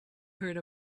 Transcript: heard